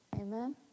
Amen